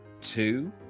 two